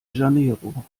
janeiro